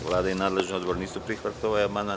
Vlada i nadležni odbor nisu prihvatili ovaj amandman.